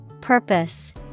Purpose